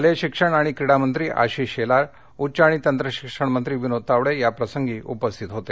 शालेय शिक्षण आणि क्रीडा मंत्री आशिष शेलार उच्च आणि तंत्र शिक्षण मंत्री विनोद तावडे या प्रसंगी उपस्थित होते